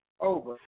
over